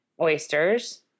Oysters